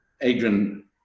Adrian